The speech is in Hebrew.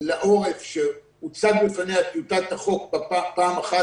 לעורף שהוצגה בפניה טיוטת החוק פעם אחת